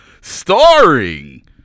starring